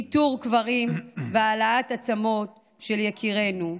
איתור קברים והעלאת עצמות של יקירינו.